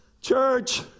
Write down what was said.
Church